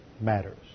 matters